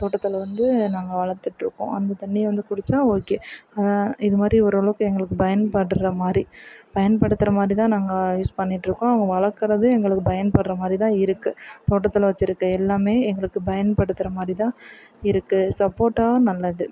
தோட்டத்தில் வந்து நாங்கள் வளர்த்துட்ருக்கோம் அந்தத் தண்ணியை வந்து குடித்தா ஓகே இது மாதிரி ஓரளவுக்கு எங்களுக்குப் பயன்படுகிற மாதிரி பயன்படுத்துகிற மாதிரி தான் நாங்கள் யூஸ் பண்ணிட்டிருக்கோம் நாங்க வளர்க்கறது எங்களுக்கு பயன்படுகிற மாதிரி தான் இருக்குது தோட்டத்தில் வச்சிருக்க எல்லாமே எங்களுக்குப் பயன்படுத்துகிற மாதிரி தான் இருக்குது சப்போட்டா நல்லது